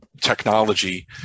technology